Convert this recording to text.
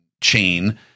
chain